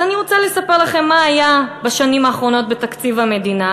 אז אני רוצה לספר לכם מה היה בשנים האחרונות בתקציב המדינה,